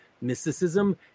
mysticism